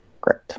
Great